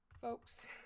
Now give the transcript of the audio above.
folks